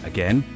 Again